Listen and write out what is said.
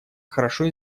хорошо